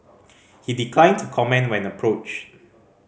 he declined to comment when approached